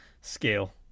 scale